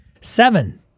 Seven